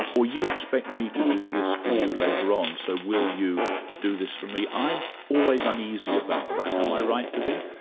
or you expect me to do this for you later on, so will you do this for me? i'm always uneasy about that am i right to be?